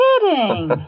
kidding